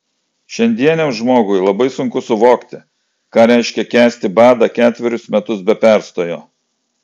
šiandieniam žmogui labai sunku suvokti ką reiškia kęsti badą ketverius metus be perstojo